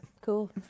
Cool